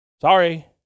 Sorry